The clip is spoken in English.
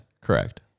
Correct